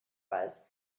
was